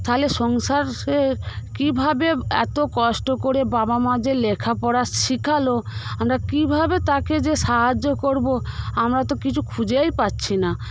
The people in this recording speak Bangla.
তাহলে সংসারে কিভাবে এতো কষ্ট করে বাবা মা যে লেখাপড়া শিখালো আমরা কিভাবে তাকে যে সাহায্য করবো আমরা তো কিছু খুঁজেই পাচ্ছি না